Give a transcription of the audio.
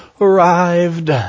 arrived